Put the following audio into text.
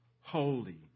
Holy